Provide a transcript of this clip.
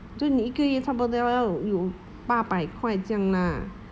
所以你一个月差不多要有八百块这样 lah